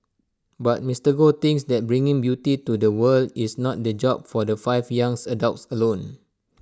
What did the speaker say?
but Mister Goh thinks that bringing beauty to the world is not the job of the five young adults alone